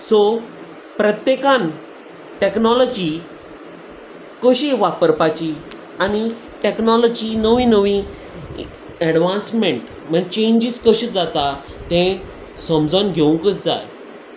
so प्रत्येकान technology कशी वापरपाची आनी टॅक्नोलॉजी नवी नवी एडवान्समेंट म्हणजे चेंजीस कशें जाता तें समजून घेवंकूच जाय